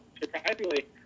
surprisingly